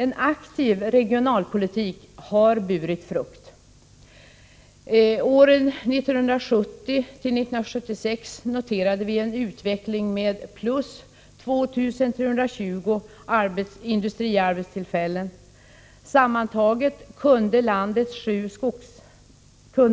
En aktiv regionalpolitik har burit frukt. Åren 1970-1976 noterade vi en utveckling med +2 320 industriarbetstillfällen. Sammantaget kunde